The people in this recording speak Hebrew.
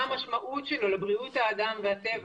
מה המשמעות שלו לבריאות האדם והטבע